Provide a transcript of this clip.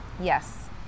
Yes